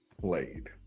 played